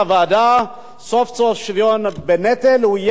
סוף-סוף, שוויון בנטל יהיה נר לרגליה.